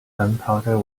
gunpowder